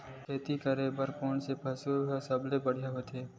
खेती करे बर कोन से पशु सबले बढ़िया होथे?